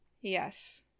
yes